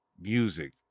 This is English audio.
music